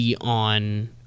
on